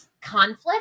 conflict